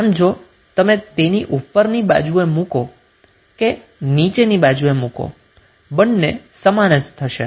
આમ જો તમે તેને ઉપરની બાજુ એ મુકો કે નીચેની બાજુએ મુકો બંને સમાન જ થશે